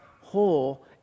whole